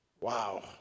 Wow